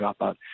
dropout